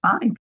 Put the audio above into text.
fine